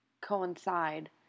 coincide